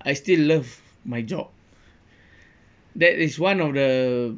I still love my job that is one of the